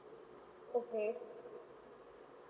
okay